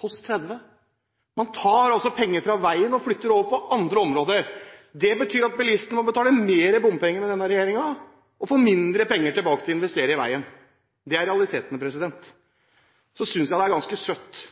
post 30. Man tar altså penger fra veien og flytter dem over til andre områder. Det betyr at bilistene må betale mer bompenger med denne regjeringen, og få mindre penger tilbake til å investere i veier. Det er realiteten. Jeg synes det er ganske søtt